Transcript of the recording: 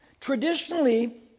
traditionally